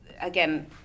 again